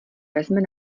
vezme